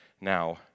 now